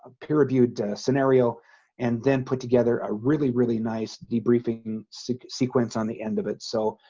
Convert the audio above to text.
ah peer-reviewed scenario and then put together a really really nice debriefing so sequence on the end of it so,